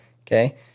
Okay